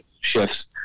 shifts